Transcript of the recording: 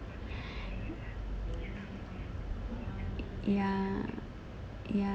ya ya